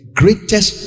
greatest